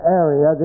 area